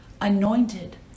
anointed